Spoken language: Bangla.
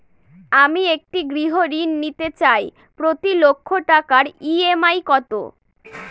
আমি একটি গৃহঋণ নিতে চাই প্রতি লক্ষ টাকার ই.এম.আই কত?